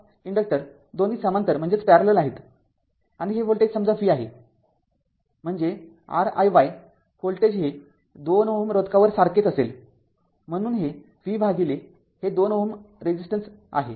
५ inductor दोन्ही समांतर आहेत आणि हे व्होल्टेज समजा v आहे म्हणजे Riy व्होल्टेज हे २Ω रोधकावर सारखेच असेलम्हणून हे Vहे २Ω रोधक आहे